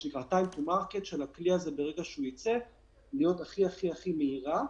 כדי שתהיה הכי מהירה.